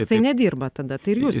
jisai nedirba tada tai ir jūs